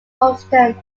houston